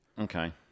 Okay